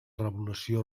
revolució